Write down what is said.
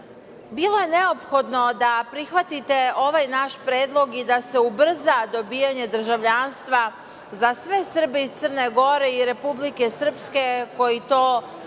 je neophodno da prihvatite ovaj naš predlog i da se ubrza dobijanje državljanstva za sve Srbe iz Crne Gore i Republike Srpske koji to po